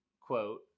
quote